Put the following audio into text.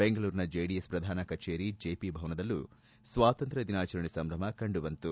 ಬೆಂಗಳೂರಿನ ಜೆಡಿಎಸ್ ಪ್ರಧಾನ ಕಚೇರಿ ಜೆಪಿ ಭವನದಲ್ಲೂ ಸ್ವಾತಂತ್ರ್ಯ ದಿನಾಚರಣೆ ಸಂಭ್ರಮ ಕಂಡು ಬಂತು